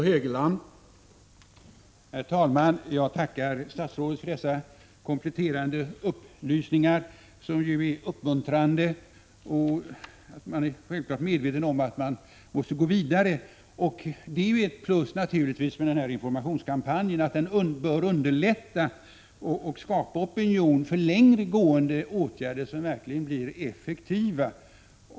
Herr talman! Jag tackar statsrådet för dessa kompletterande upplysningar, som ju är uppmuntrande. Det är självklart att man är medveten om att man måste gå vidare. Det är naturligtvis ett plus med den nu pågående informationskampanjen att den torde underlätta och skapa opinion för längre gående åtgärder, som verkligen blir effektiva.